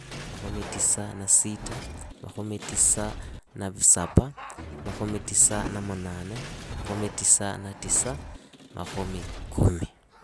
Makhomi tisa na sita, makhomi tisa na sapa, makhomi tisa na munane, makhomi tisa na tisa, makhomi kumi.